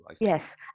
yes